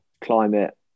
climate